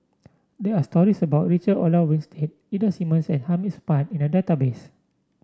there are stories about Richard Olaf Winstedt Ida Simmons and Hamid Supaat in the database